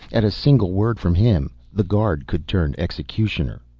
at a single word from him, the guard could turn executioner.